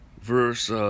verse